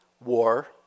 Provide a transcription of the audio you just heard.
war